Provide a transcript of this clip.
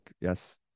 yes